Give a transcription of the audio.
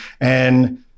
And-